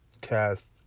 cast